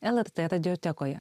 lrt radiotekoje